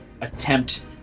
attempt